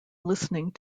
listening